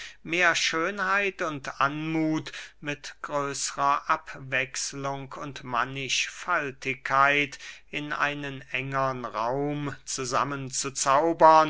mehr schönheit und anmuth mit größrer abwechslung und mannigfaltigkeit in einen engern raum zusammen zu zaubern